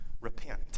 repent